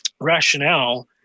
rationale